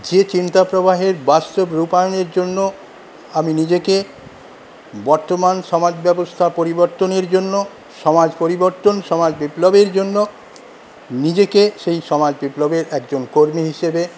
যে চিন্তা প্রবাহের বাস্তব রূপায়নের জন্য আমি নিজেকে বর্তমান সমাজব্যবস্থা পরিবর্তনের জন্য সমাজ পরিবর্তন সমাজ বিপ্লবের জন্য নিজেকে সেই সমাজ বিপ্লবের একজন কর্মী হিসাবে